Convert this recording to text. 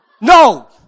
No